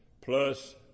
plus